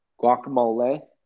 Guacamole